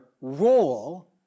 role